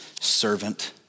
servant